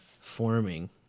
forming